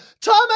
Tommy